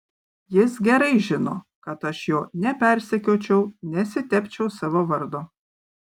jis gerai žino kad aš jo nepersekiočiau nesitepčiau savo vardo